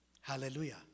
Hallelujah